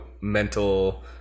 mental